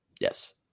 Yes